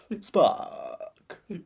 Spark